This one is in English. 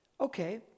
Okay